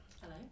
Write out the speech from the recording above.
Hello